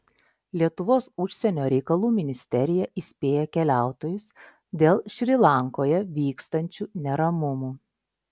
lietuvos užsienio reikalų ministerija įspėja keliautojus dėl šri lankoje vykstančių neramumų